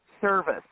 service